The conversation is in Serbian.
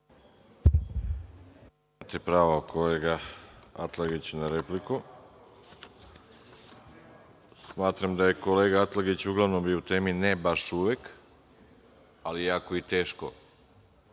da je kolega Atlagić uglavnom bio u temi, ne baš uvek, ali, jako je teško